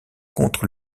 contre